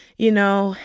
you know?